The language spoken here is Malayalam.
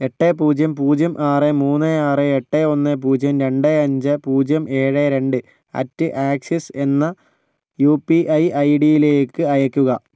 എട്ട് പൂജ്യം പൂജ്യം ആറ് മൂന്ന് ആറ് എട്ട് ഒന്ന് പൂജ്യം രണ്ട് അഞ്ച് പൂജ്യം ഏഴ് രണ്ട് അറ്റ് ആക്സിസ് എന്ന യു പി ഐ ഐഡിയിലേക്ക് അയയ്ക്കുക